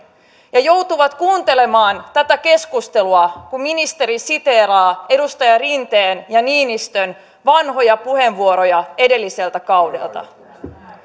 ja he joutuvat kuuntelemaan tätä keskustelua jossa ministeri siteeraa edustaja rinteen ja edustaja niinistön vanhoja puheenvuoroja edelliseltä kaudelta